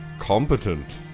competent